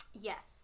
Yes